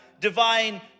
divine